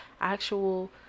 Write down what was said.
actual